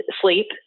sleep